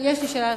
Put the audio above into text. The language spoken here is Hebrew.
יש לי שאלה נוספת.